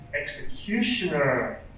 Executioner